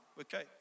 Okay